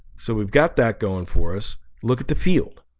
so we've got that going for us look at the field